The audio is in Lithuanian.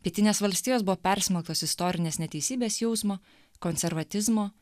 pietinės valstijos buvo persmelktos istorinės neteisybės jausmo konservatizmo